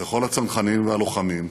לכל הצנחנים והלוחמים,